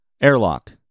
airlock